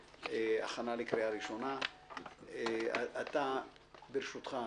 ברשותך,